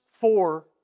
four